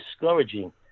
discouraging